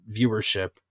viewership